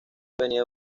venía